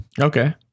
okay